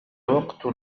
وقت